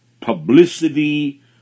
publicity